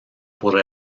por